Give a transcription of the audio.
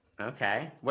Okay